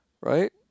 right